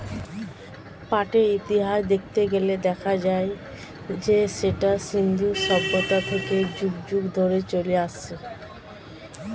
পাটের ইতিহাস দেখতে গেলে দেখা যায় যে সেটা সিন্ধু সভ্যতা থেকে যুগ যুগ ধরে চলে আসছে